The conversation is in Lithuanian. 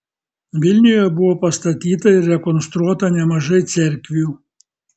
vilniuje buvo pastatyta ir rekonstruota nemažai cerkvių